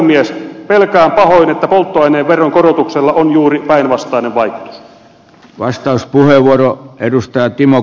pelkään pahoin että polttoaineveron korotuksella on juuri päinvastainen vaikutus